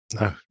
no